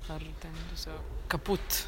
ar ten tiesiog kaput